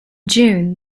june